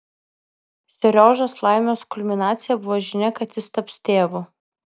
seriožos laimės kulminacija buvo žinia kad jis taps tėvu